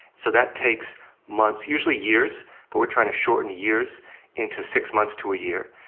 so that takes months, usually years. but we're trying to shorten years into six months to a year.